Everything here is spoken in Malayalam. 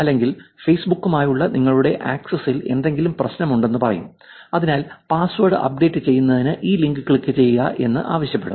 അല്ലെങ്കിൽ ഫേസ്ബുക്കുമായുള്ള നിങ്ങളുടെ ആക്സസിൽ എന്തെങ്കിലും പ്രശ്നമുണ്ടെന്ന് പറയും അതിനാൽ പാസ്വേഡ് അപ്ഡേറ്റ് ചെയ്യുന്നതിന് ഈ ലിങ്കിൽ ക്ലിക്കുചെയ്യുക എന്ന് ആവശ്യപ്പെടും